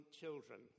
children